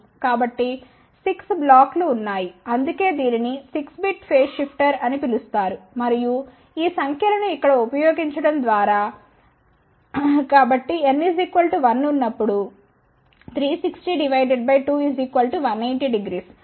కాబట్టి 6 బ్లాక్లు ఉన్నాయి అందుకే దీనిని 6 బిట్ ఫేజ్ షిఫ్టర్ అని పిలుస్తారు మరియు ఈ సంఖ్యలను ఇక్కడ ఉపయోగించడం ద్వారా పొందవచ్చు